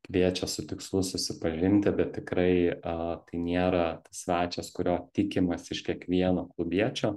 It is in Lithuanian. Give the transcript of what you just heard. kviečia su tikslu susipažinti bet tikrai a tai niera svečias kurio tikimasi iš kiekvieno klubiečio